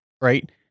right